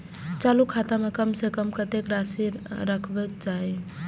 चालु खाता में कम से कम कतेक राशि रहबाक चाही?